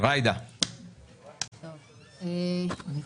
ג'ידא רינאווי זועבי.